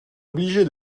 obligé